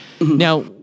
Now